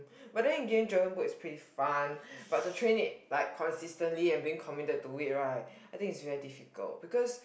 but then again dragon boat is pretty fun but to train it like consistently and be committed to it right I think it is very difficult because